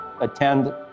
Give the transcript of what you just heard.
attend